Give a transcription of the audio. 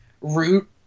root